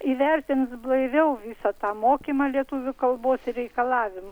įvertins blaiviau visą tą mokymą lietuvių kalbos reikalavimų